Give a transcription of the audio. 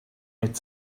mit